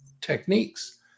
techniques